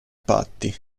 patti